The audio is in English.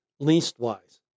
Leastwise